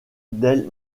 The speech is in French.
del